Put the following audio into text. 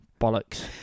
Bollocks